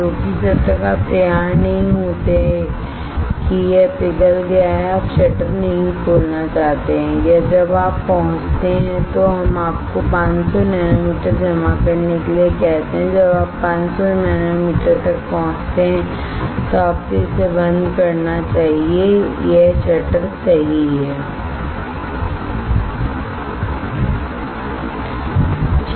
क्योंकि जब तक आप तैयार नहीं होते कि यह पिघल गया है आप शटर नहीं खोलना चाहते हैं या जब आप पहुंचते हैं तो हम आपको 500 नैनोमीटर जमा करने के लिए कहते हैं जब आप 500 नैनोमीटर तक पहुंचते हैं तो आपको इसे बंद करना चाहिए यह शटर हैसही